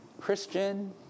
Christian